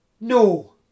no